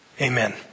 Amen